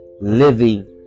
living